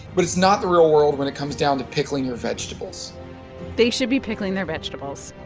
but it's not the real world when it comes down to pickling their vegetables they should be pickling their vegetables.